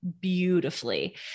beautifully